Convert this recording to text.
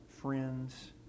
Friends